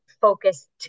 focused